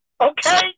Okay